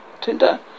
tinder